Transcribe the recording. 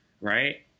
right